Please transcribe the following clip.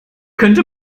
könnte